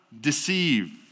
deceive